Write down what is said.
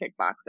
kickboxing